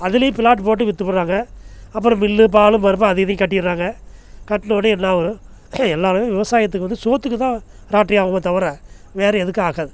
அதிலயும் பிளாட் போட்டு வித்துப்புடுறாங்கள் அப்புறம் மில்லு பாலும் பருப்பு அதை இதையும் கட்டிடுறாங்க கட்டின ஒடன்னே என்னாகும் எல்லாமே விவசாயத்துக்கு வந்து சோற்றுக்கு தான் ராட்ரி ஆகுமே தவிர வேற எதுக்கும் ஆகாது